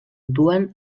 duen